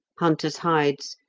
hunter's hides,